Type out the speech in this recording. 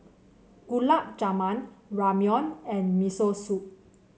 Gulab Jamun Ramyeon and Miso Soup